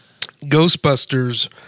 Ghostbusters